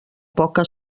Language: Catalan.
poca